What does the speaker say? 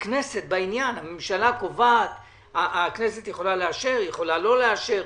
הממשלה קובעת והכנסת יכולה לאשר או לא לאשר.